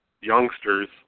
youngsters